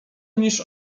niż